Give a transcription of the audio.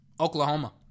Oklahoma